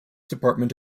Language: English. department